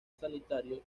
sanitario